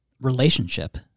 relationship